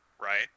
right